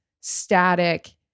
static